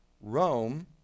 Rome